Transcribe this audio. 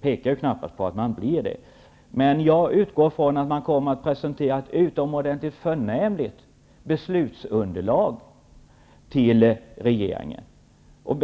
Det pekar knappast mot att man blir det. Men jag utgår från att man kommer att presentera ett utomordentligt förnämligt beslutsunderlag för regeringen. Om